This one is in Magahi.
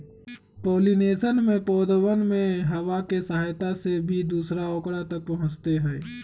पॉलिनेशन में पौधवन में हवा के सहायता से भी दूसरा औकरा तक पहुंचते हई